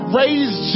raised